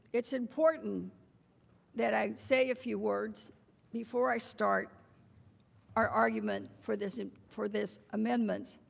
it is important that i say if you words before i start our argument for this for this amendment.